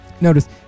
Notice